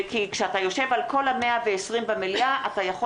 כי כשאתה יושב על כל 120 חברי הכנסת במליאה אתה יכול